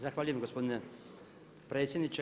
Zahvaljujem gospodine predsjedniče.